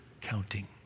counting